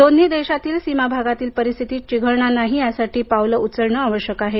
दोन्ही देशांनी सीमाभागातील परिस्थिती चिघळणार नाही यासाठी पावले उचलणे आवश्यक आहे